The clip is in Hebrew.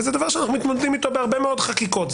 זה דבר שאנחנו מתמודדים איתו בהרבה מאוד חקיקות.